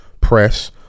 press